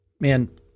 man